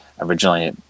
originally